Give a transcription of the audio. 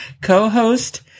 co-host